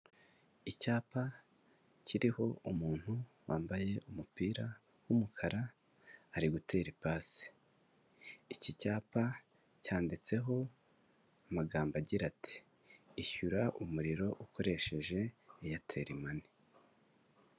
Icyapa kiriho umuntu wambaye umupira w'umukara ari gutera ipasi, iki cyapa cyanditseho amagambo agira ati ishyura umuriro ukoresheje eyateri mani.